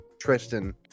Tristan